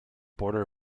border